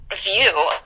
view